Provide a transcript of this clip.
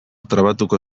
trabatuko